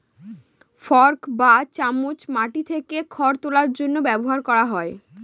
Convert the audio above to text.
fork বা চামচ মাটি থেকে খড় তোলার জন্য ব্যবহার করা হয়